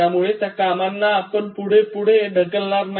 त्यामुळे त्या कामांना आपण पुढे पुढे ढकलणार नाही